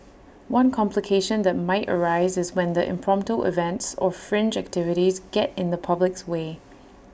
one complication that might arise is when the impromptu events or fringe activities get in the public's way